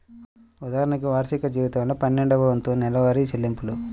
ఉదాహరణకు, వార్షిక జీతంలో పన్నెండవ వంతు నెలవారీ చెల్లింపులు